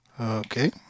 Okay